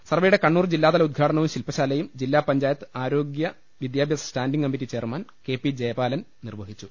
സർവ്വെയുടെ കണ്ണൂർ ജില്ലാതല ഉദ്ഘാടനവും ശിൽപ്പശാലയും ജില്ലാ പഞ്ചായത്ത് ആരോഗൃ വിദ്യാഭ്യാസ standing committee chairman K P Jayabalan നിർവഹിച്ചു